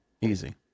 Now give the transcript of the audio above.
Easy